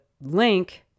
link